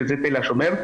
שזה תל השומר,